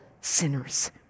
sinners